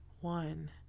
one